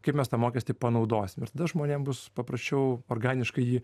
kaip mes tą mokestį panaudosim ir tada žmonėm bus paprasčiau organiškai jį